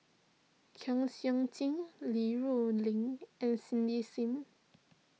Kwek Siew Jin Li Rulin and Cindy Sim